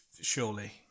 Surely